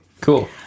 Cool